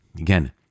again